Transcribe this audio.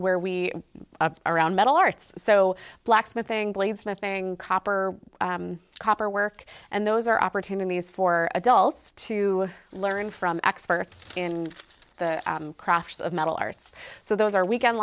where we are around metal arts so blacksmithing blades nothing copper copper work and those are opportunities for adults to learn from experts in the craft of metal arts so those are weekend